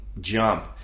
jump